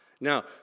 Now